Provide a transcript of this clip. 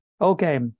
Okay